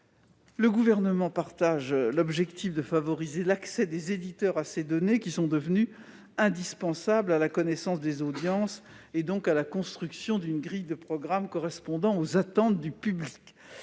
Le Gouvernement partage l'objectif de favoriser l'accès des éditeurs à ces données, qui sont devenues indispensables à la connaissance des audiences et donc à la construction d'une grille de programmes correspondant aux attentes du public.